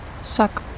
suck